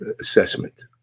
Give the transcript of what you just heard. assessment